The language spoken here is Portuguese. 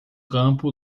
campo